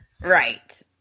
Right